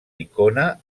icona